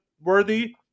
Worthy